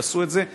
שעשו את זה,